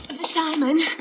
Simon